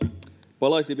palaisin